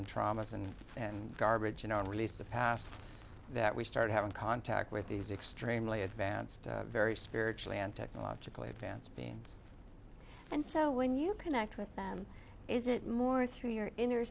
and traumas and and garbage you know release the past that we start having contact with these extremely advanced very spiritually and technologically advanced beings and so when you connect with them is it more through your inner